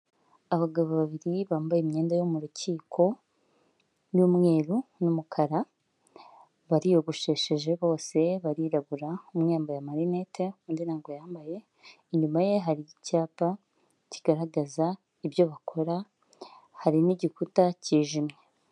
Abagabo babiri bambaye imyenda yo mu rukiko y'umweru n'umukara, bariyogoshesheje bose, barirabura, umwe yambaye amarinete, undi ntago ayambaye, inyuma ye hari icyapa kigaragaza ibyo bakora, hari n'igikuta cyijimye.